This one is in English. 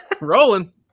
Rolling